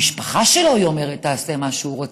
המשפחה שלו, היא אומרת, תעשה מה שהוא רוצה,